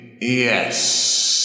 Yes